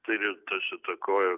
tai ir tas įtakojo